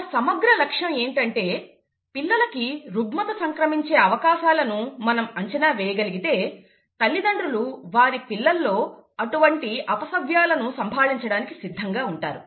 మన సమగ్ర లక్ష్యం ఏమిటంటే పిల్లలకి రుగ్మత సంక్రమించే అవకాశాలను మనం అంచనా వేయగలిగితే తల్లిదండ్రులు వారి పిల్లల్లో అటువంటి అపసవ్యాలను సంభాళించడానికి సిద్ధంగా ఉంటారు